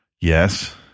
Yes